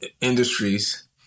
industries